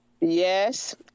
yes